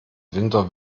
winter